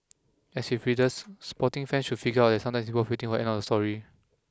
as with readers sporting fans should figure out that sometimes waiting for the end of a story